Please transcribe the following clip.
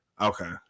Okay